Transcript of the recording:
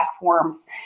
forms